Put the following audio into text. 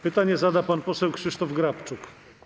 Pytanie zada pan poseł Krzysztof Grabczuk.